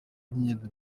by’ingenzi